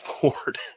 Ford